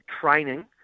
training